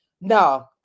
No